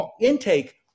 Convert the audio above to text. intake